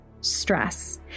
stress